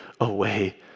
away